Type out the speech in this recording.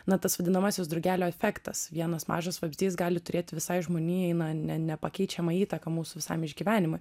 na tas vadinamasis drugelio efektas vienas mažas vabzdys gali turėti visai žmonijai na ne nepakeičiamą įtaką mūsų visam išgyvenimui